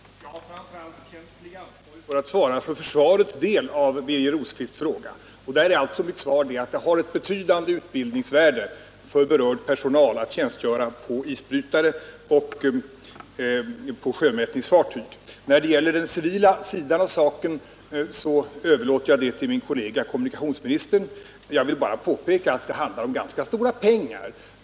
Herr talman! Jag har framför allt känt mig skyldig att svara för försvarets del på Birger Rosqvists fråga. Där är mitt svar att det har ett betydande utbildningsvärde för berörd personal att tjänstgöra på isbrytare och på sjömätningsfartyg. Den civila sidan av saken överlåter jag åt min kollega, kommunikationsministern. Jag vill bara påpeka att det handlar om ganska stora pengar.